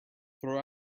throw